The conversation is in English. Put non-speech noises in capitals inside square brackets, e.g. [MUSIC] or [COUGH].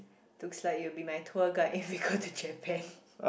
looks like you'll be my tour guide when we go to Japan [LAUGHS]